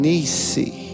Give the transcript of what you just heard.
Nisi